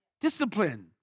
Discipline